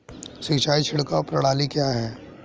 सिंचाई छिड़काव प्रणाली क्या है?